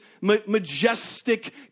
majestic